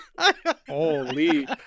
Holy